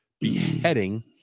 Beheading